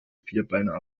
vierbeiner